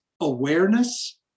Awareness